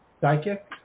psychic